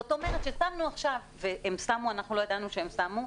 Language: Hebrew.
זאת אומרת שהם שמו ואנחנו לא ידענו שהם שמו,